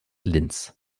linz